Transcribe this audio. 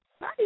Hi